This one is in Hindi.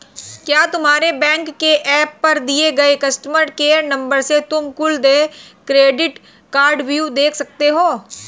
क्या तुम्हारे बैंक के एप पर दिए गए कस्टमर केयर नंबर से तुम कुल देय क्रेडिट कार्डव्यू देख सकते हो?